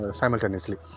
simultaneously